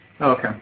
Okay